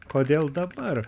kodėl dabar